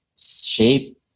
shape